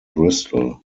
bristol